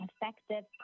effective